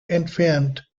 entfernt